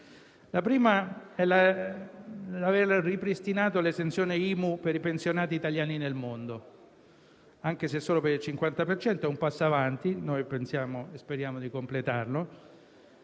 è stata l'aver ripristinato l'esenzione IMU per i pensionati italiani nel mondo. Anche se solo per il 50 per cento, è un passo in avanti, e noi pensiamo e speriamo di completarlo.